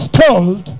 told